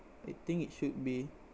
I think it should be